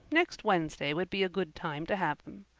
next wednesday would be a good time to have them.